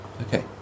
okay